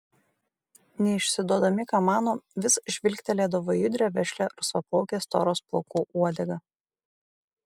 neišsiduodami ką mano vis žvilgtelėdavo į judrią vešlią rusvaplaukės toros plaukų uodegą